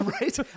right